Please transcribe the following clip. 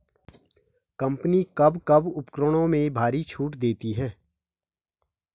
Company कब कब उपकरणों में भारी छूट देती हैं?